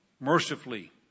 mercifully